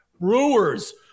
Brewers